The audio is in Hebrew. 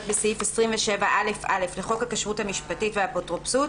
בסעיף 27א(א) לחוק הכשרות המשפטית והאפוטרופסות,